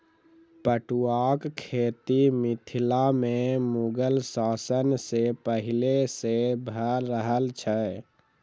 पटुआक खेती मिथिला मे मुगल शासन सॅ पहिले सॅ भ रहल छै